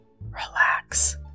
relax